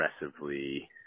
aggressively